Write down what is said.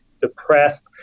depressed